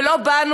ולא בנו,